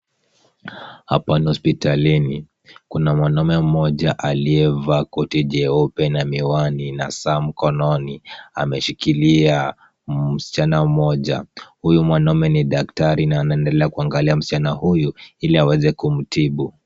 Hapa ni hospitalini. Kuna mwanaume mmoja aliyevaa koti jeupe na miwani na saa mkononi, ameshikilia msichana mmoja. Huyu mwanaume ni daktari na anaendelea kuangalia msichana huyu ili aweze kumtibu.